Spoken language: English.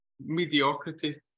mediocrity